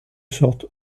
sorte